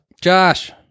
Josh